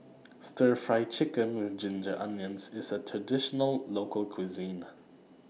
Stir Fry Chicken with Ginger Onions IS A Traditional Local Cuisine